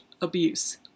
abuse